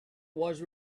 was